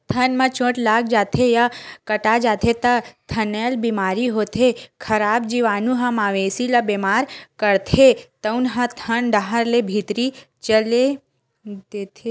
थन म चोट लाग जाथे या कटा जाथे त थनैल बेमारी होथे, खराब जीवानु ह मवेशी ल बेमार करथे तउन ह थन डाहर ले भीतरी चल देथे